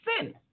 Sin